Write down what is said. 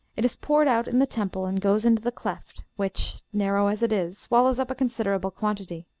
it is poured out in the temple and goes into the cleft, which, narrow as it is, swallows up a considerable quantity.